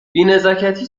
بینزاکتی